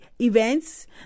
events